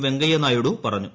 വെങ്കയ്യ നായിഡു പറഞ്ഞു